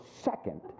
second